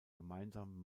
gemeinsamen